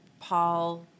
Paul